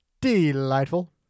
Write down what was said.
Delightful